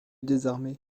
désarmer